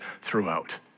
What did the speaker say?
throughout